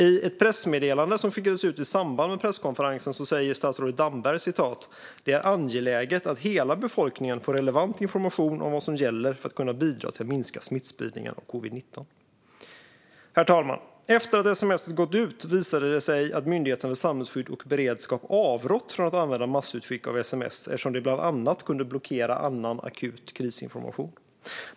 I ett pressmeddelande som skickades ut i samband med presskonferensen säger statsrådet Damberg: "Det är angeläget att hela befolkningen får relevant information om vad som gäller för att kunna bidra till att minska smittspridningen av covid-19." Herr talman! Efter att sms:et hade gått ut visade det sig att Myndigheten för samhällsskydd och beredskap hade avrått från att använda massutskick av sms eftersom det bland annat kunde blockera annan akut krisinformation.